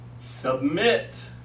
Submit